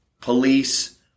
police